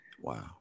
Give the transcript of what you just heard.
Wow